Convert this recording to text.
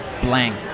blank